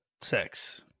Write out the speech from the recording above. sex